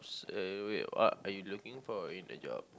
s~ wait what are you looking for in a job